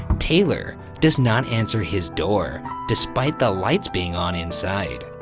taylor does not answer his door, despite the lights being on inside.